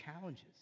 challenges